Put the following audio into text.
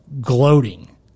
gloating